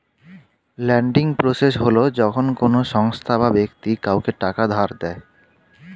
lending process হল যখন কোনো সংস্থা বা ব্যক্তি কাউকে টাকা ধার দেয়